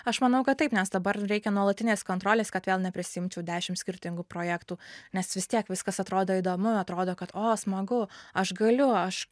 aš manau kad taip nes dabar reikia nuolatinės kontrolės kad vėl neprisiimčiau dešim skirtingų projektų nes vis tiek viskas atrodo įdomu atrodo kad o smagu aš galiu aš